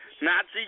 Nazi